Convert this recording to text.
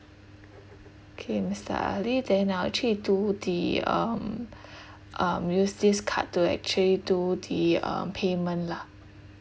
okay mister ali then I'll actually do the um um use this card to actually do the um payment lah